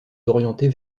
orientés